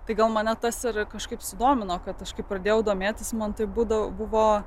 tai gal mane tas ar kažkaip sudomino kad aš kai pradėjau domėtis man taip būdavo buvo